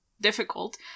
difficult